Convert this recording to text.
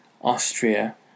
Austria